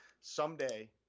someday